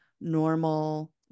normal